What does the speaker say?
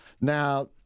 Now